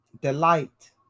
delight